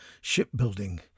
Shipbuilding